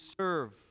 serve